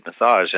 massage